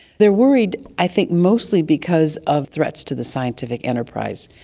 they are worried i think mostly because of threats to the scientific enterprise.